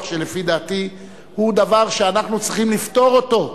שלפי דעתי הוא דבר שאנחנו צריכים לפתור אותו.